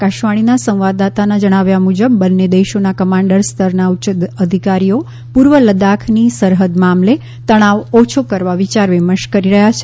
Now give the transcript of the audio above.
આકાશવાણીના સંવાદદાતાના જણાવ્યા મુજબ બંને દેશોના કમાન્ડર સ્તરના ઉચ્ચ અધિકારીઓ પુર્વ લદાખની સરહદ મામલે તણાવ ઓછો કરવા વિયાર વિમર્શ કરી રહયાં છે